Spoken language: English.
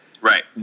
Right